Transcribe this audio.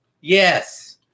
Yes